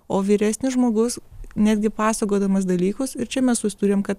o vyresnis žmogus netgi pasakodamas dalykus ir čia mes susiduriame kad